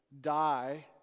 die